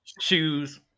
shoes